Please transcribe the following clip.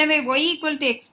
எனவே yx2